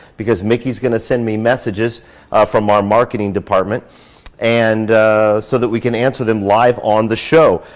because miki is gonna send me messages from our marketing department and so that we can answer them live on the show.